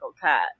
cat